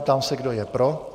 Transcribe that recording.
Ptám se, kdo je pro.